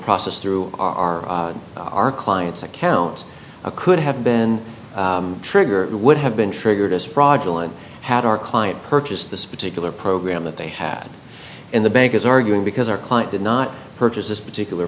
processed through our our client's account a could have been triggered would have been triggered as fraudulent had our client purchased this particular program that they had in the bank is arguing because our client did not purchase this particular